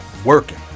working